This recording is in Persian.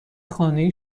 خانه